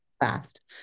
fast